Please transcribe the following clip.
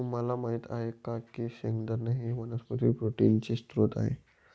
तुम्हाला माहित आहे का की शेंगदाणा ही वनस्पती प्रोटीनचे स्त्रोत आहे